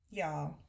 y'all